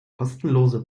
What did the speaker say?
kostenlose